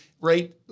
right